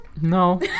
no